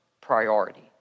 priority